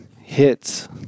hits